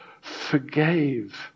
forgave